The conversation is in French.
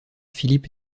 philippe